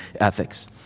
ethics